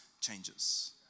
changes